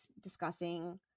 discussing